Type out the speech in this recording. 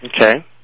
Okay